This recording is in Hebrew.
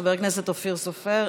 חבר הכנסת אופיר סופר,